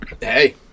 Hey